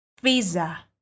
visa